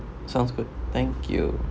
sounds good thank you